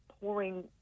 pouring